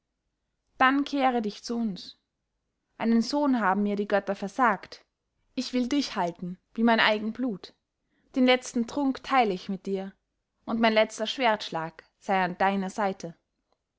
dann kehre dich zu uns einen sohn haben mir die götter versagt ich will dich halten wie mein eigen blut den letzten trunk teile ich mit dir und mein letzter schwertschlag sei an deiner seite